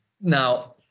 Now